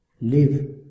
live